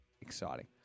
exciting